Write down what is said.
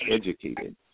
educated